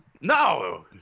No